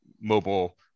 mobile